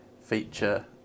feature